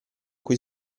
cui